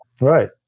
Right